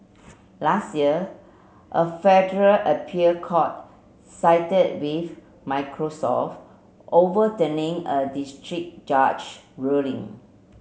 last year a federal appeal court sided with Microsoft overturning a district judge ruling